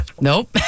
Nope